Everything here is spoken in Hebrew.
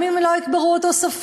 גם אם הם לא יקברו אותו סופית,